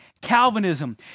Calvinism